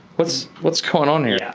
what's what's going on here? yeah,